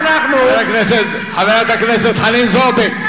חברת הכנסת חנין זועבי,